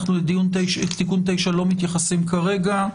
אנחנו לתיקון 9 לא מתייחסים כרגע.